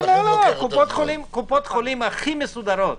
קופות החולים הכי מסודרות,